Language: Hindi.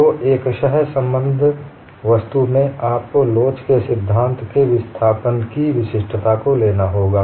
तो एकश संबंद्ध वस्तु में आपको लोच के सिद्धांत में विस्थापन की विशिष्टता को लेना होगा